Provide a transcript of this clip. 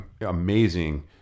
amazing